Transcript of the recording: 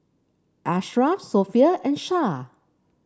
Ashraf Sofea and Shah